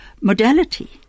modality